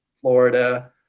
Florida